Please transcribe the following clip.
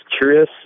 curious